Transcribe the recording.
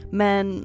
men